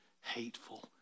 hateful